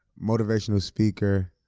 motivational speaker,